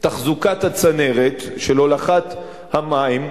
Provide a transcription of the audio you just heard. תחזוקת הצנרת של הולכת המים,